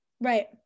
Right